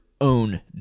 own